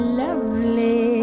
lovely